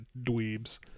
dweebs